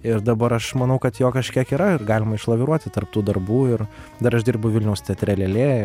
ir dabar aš manau kad jo kažkiek yra ir galima išlaviruoti tarp tų darbų ir dar aš dirbu vilniaus teatre lėlė